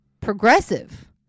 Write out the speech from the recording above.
progressive